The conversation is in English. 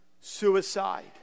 suicide